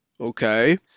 Okay